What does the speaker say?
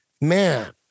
man